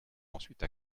ensuite